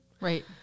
Right